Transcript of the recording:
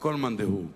כל מאן דהוא: